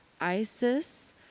Isis